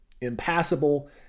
impassable